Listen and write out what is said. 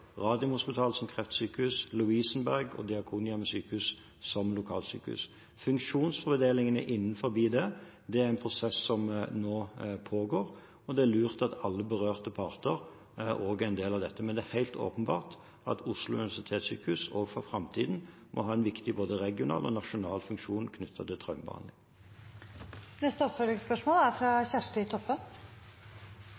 som kreftsykehus, Lovisenberg Diakonale Sykehus og Diakonhjemmet Sykehus som lokalsykehus. Funksjonsfordelingen mellom disse er en prosess som nå pågår. Det er lurt at alle berørte parter også er en del av dette. Men det er helt åpenbart at Oslo universitetssykehus også i framtiden må ha en viktig både regional og nasjonal funksjon knyttet til traumebehandling. Kjersti Toppe – til oppfølgingsspørsmål.